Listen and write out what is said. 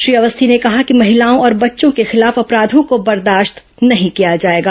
श्री अवस्थी ने कहा कि महिलाओं और बच्चों के खिलाफ अपराधों को बर्दाश्त नहीं किया जाएगा